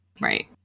Right